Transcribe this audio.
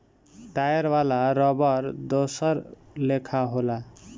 tyre वाला रबड़ दोसर लेखा होला